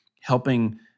helping